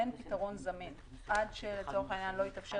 אין פתרון זמין עד שלצורך העניין לא יתאפשר